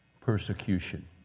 persecution